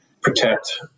protect